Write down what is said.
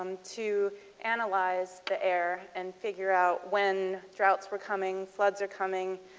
to analyze the air and figure out when droughts were coming. floods were coming.